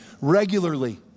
regularly